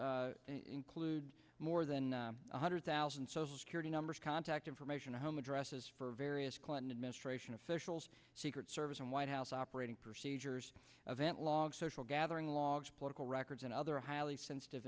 drives include more than one hundred thousand social security numbers contact information home addresses for various clinton administration officials secret service and white house operating procedures event log social gathering logs political records and other highly sensitive